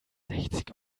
sechzig